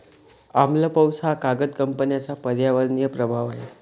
आम्ल पाऊस हा कागद कंपन्यांचा पर्यावरणीय प्रभाव आहे